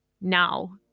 now